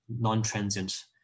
non-transient